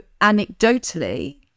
anecdotally